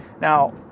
Now